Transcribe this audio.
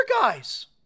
guys